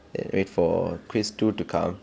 then wait for quiz two to come